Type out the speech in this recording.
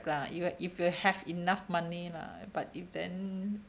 lah if you if you have enough money lah but if then